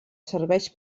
serveis